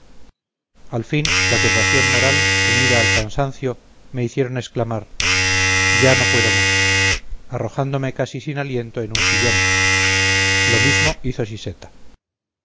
al fin la turbación moral unida al cansancio me hicieron exclamar ya no puedo más arrojándome casi sin aliento en un sillón lo mismo